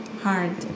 hard